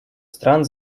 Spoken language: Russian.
стран